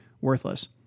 worthless